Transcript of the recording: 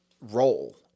role